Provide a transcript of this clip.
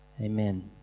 Amen